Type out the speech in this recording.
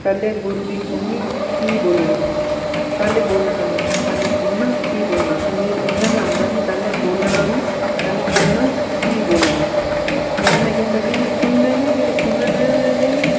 पैहले गुरू दी सुननी ते फ्ही बोलनी पैहले बोलना नेईं पैहले सुनना फ्ही बोलना सगींत इयां गै औंदा कि पैहले बोलना नेईं पैहले सुनना फ्ही बोलना जेहदे कन्नै केह् होंदा के सुनने गै